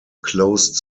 closed